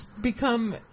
become